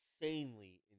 insanely